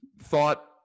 thought